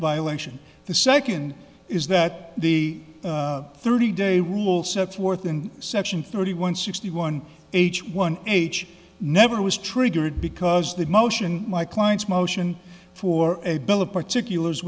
violation the second is that the thirty day rule set forth in section thirty one sixty one h one age never was triggered because the motion my client's motion for a bill of particulars